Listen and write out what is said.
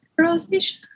rosacea